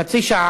חצי שעה,